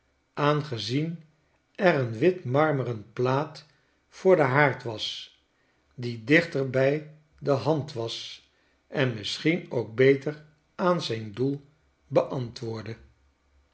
aangezien er een wit marmeren plaat voor den haard was die dichter bij de hand was en misschien ook beter aan zijn doel beantwoordde